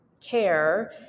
care